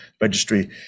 registry